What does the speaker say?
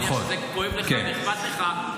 אני מניח שזה כואב לך ואכפת לך,